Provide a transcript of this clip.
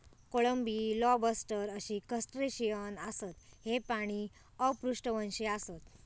कोळंबी, लॉबस्टर अशी क्रस्टेशियन आसत, हे प्राणी अपृष्ठवंशी आसत